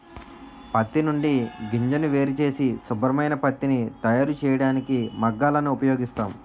పత్తి నుండి గింజను వేరుచేసి శుభ్రమైన పత్తిని తయారుచేయడానికి మగ్గాలను ఉపయోగిస్తాం